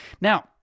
Now